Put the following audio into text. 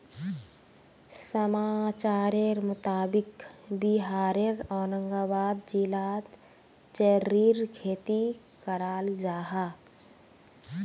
समाचारेर मुताबिक़ बिहारेर औरंगाबाद जिलात चेर्रीर खेती कराल जाहा